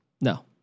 No